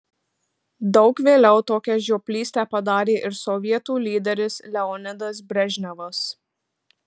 daug vėliau tokią žioplystę padarė ir sovietų lyderis leonidas brežnevas